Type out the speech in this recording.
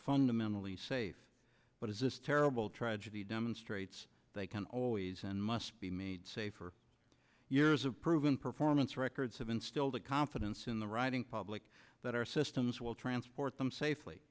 fundamentally safe but as this terrible tragedy demonstrates they can always and must be made safe for years of proven performance records have instilled a confidence in the riding public that our systems will transport them safely